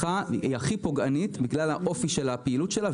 היא הכי פוגענית בגלל אופי הפעילות שלה,